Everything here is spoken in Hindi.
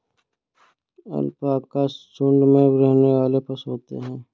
अलपाका झुण्ड में रहने वाले पशु होते है